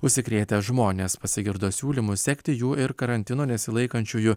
užsikrėtę žmonės pasigirdo siūlymų sekti jų ir karantino nesilaikančiųjų